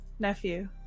nephew